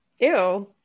Ew